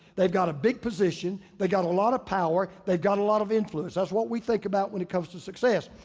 they've got a big position, they got a lot of power, they've got a lot of influence. that's what we think about when it comes to success.